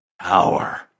power